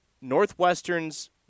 Northwestern's